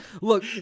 Look